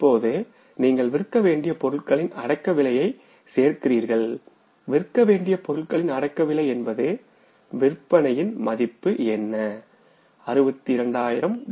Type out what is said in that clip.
இப்போது நீங்கள் விற்க வேண்டிய பொருட்களின் அடக்கவிலையே சேர்க்கிறீர்கள் விற்க வேண்டிய பொருட்களின் அடக்கவிலை என்பது விற்பனையின் மதிப்பு என்ன என்பதாகும்